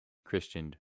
christened